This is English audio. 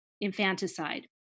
infanticide